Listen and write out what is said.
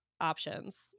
options